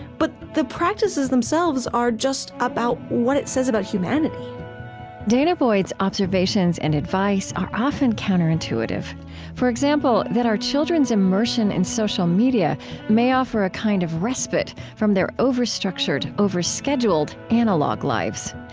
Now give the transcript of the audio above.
but the practices themselves are just about what it says about humanity danah boyd's observations and advice are often counterintuitive for example, that our children's immersion in social media may offer a kind of respite from their over-structured, overscheduled overscheduled analog lives,